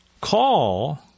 call